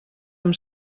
amb